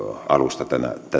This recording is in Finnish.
alusta